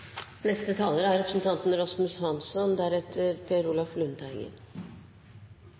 Neste taler er representanten